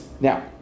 Now